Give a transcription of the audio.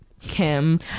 Kim